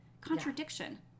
contradiction